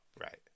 right